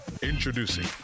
Introducing